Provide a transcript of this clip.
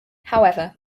however